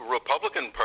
Republican